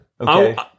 Okay